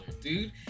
dude